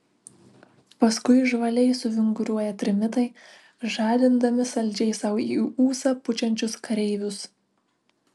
paskui žvaliai suvinguriuoja trimitai žadindami saldžiai sau į ūsą pučiančius kareivius